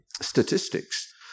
statistics